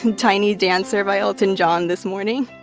um tiny dancer by elton john this morning